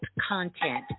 content